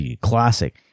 classic